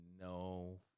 no